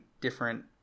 different